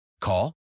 Call